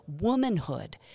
womanhood